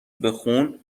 بخون